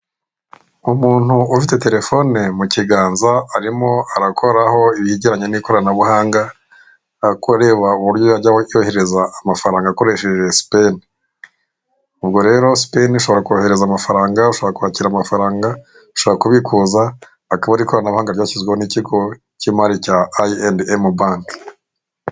Umuntu ufite telefone mukiganza arimo arakoraho ibijyiranye n'ikoranabuhanga, areba uburyo yajya yohereza amafaranga akoresheje SPENN. Ubwo rero SPENN ushobora kohereza amafaranga, ushobora kwakira amafaranga, ushobora kubikuza akaba ari ikoranabuhanga ryashyizweho n'ikigo cy'imari cya I&M BANK.